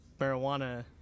marijuana